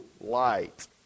light